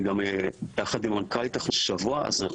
אנחנו יחד עם מנכ"לית --- אז אנחנו